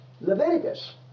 Leviticus